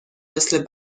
مثل